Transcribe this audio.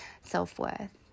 self-worth